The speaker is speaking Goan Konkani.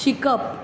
शिकप